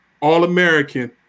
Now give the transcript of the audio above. All-American